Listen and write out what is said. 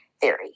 theory